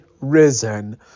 risen